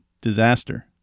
Disaster